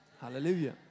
Hallelujah